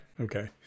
okay